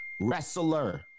wrestler